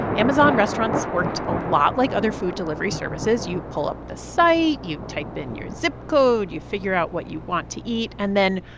amazon restaurants worked a lot like other food delivery services. you pull up the site, you type in your zip code, you figure out what you want to eat and then,